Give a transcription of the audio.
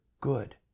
good